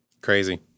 Crazy